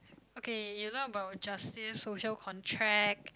okay you learn about justice social contract